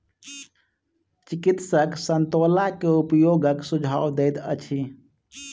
चिकित्सक संतोला के उपयोगक सुझाव दैत अछि